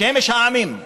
שמש העמים,